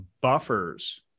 buffers